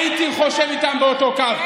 הייתי חושב איתם באותו קו.